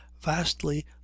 vastly